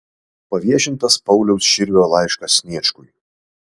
paviešintas pauliaus širvio laiškas sniečkui